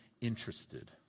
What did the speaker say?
interested